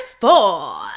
four